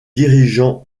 dirigeants